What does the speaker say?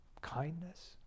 kindness